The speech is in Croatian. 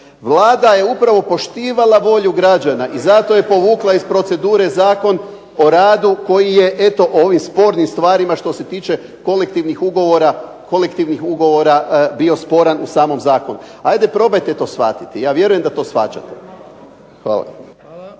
Vlada je upravo poštivala volju građana i zato je povukla iz procedure Zakon o radu koji je eto ovim spornim stvarima što se tiče kolektivnih ugovora bio sporan u samom zakonu. Ajde probajte to shvatiti. Ja vjerujem da to shvaćate. Hvala.